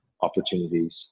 opportunities